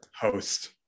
host